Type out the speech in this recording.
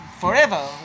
forever